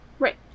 Right